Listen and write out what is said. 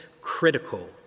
critical